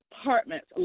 apartments